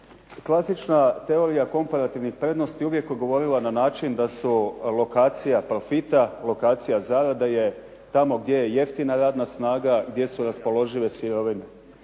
Klasična teorija komparativnih prednosti uvijek je govorila na način da su lokacija profita, lokacija zarade je tamo gdje je jeftina radna snaga, gdje su raspoložive sirovine.